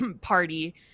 party